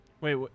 wait